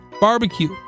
barbecue